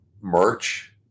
merch